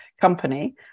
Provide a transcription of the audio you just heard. company